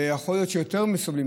ויכול להיות שיותר מסובלים,